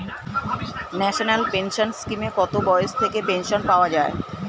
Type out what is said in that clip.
National pension স্কিমে কত বয়স থেকে পেনশন পাওয়া যায়?